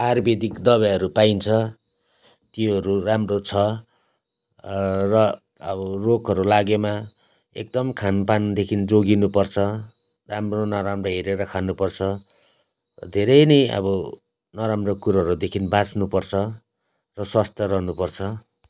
आयुर्वेदिक दबाईहरू पाइन्छ त्योहरू राम्रो छ र अब रोगहरू लागेमा एकदम खानपानदेखि जोगिनुपर्छ राम्रो नराम्रो हेरेर खानुपर्छ धेरै नै अब नराम्रो कुरोहरूदेखि बाँच्नुपर्छ र स्वस्थ रहनुपर्छ